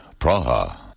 Praha